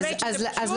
באמת שזה פשוט.